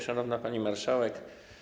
Szanowna Pani Marszałek!